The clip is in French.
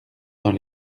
dans